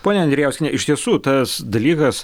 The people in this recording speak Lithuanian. ponia andrijauskiene iš tiesų tas dalykas